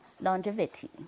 Longevity